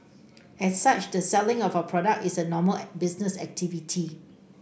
as such the selling of our products is a normal business activity